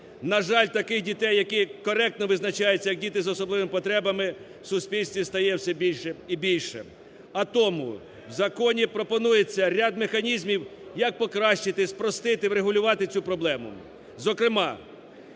На жаль, таких дітей, які коректно визначаються як діти з особливими потребами, в суспільстві стає все більше і більше. А тому в законі пропонується ряд механізмів, як покращити, спростити, врегулювати цю проблему.